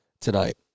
tonight